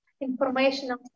informational